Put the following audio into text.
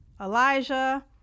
Elijah